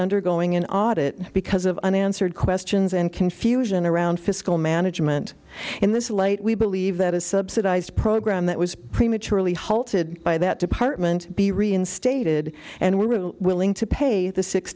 undergoing an audit because of unanswered questions and confusion around fiscal management in this light we believe that a subsidized program that was prematurely halted by that department be reinstated and were willing to pay the six